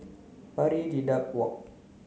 Pari Dedap Walk